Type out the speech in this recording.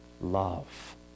love